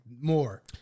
more